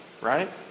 right